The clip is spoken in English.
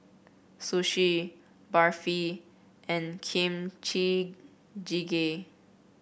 Sushi Barfi and Kimchi Jjigae